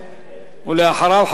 אחריו,